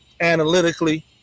analytically